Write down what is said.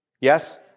Yes